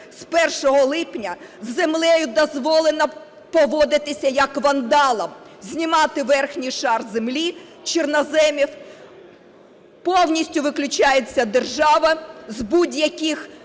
З 1 липня з землею дозволено поводитися як вандалам: знімати верхній шар землі чорноземів; повністю виключається держава з будь-яких